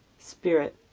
spirit,